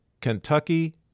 Kentucky